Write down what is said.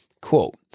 quote